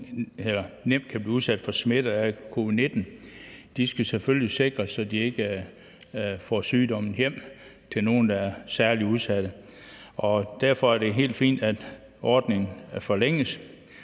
og nemt kan blive udsat for smitte af covid-19, selvfølgelig skal sikres, så de ikke tager sygdommen med hjem til nogle, der er særlig udsatte. Derfor er det helt fint, at ordningen forlænges.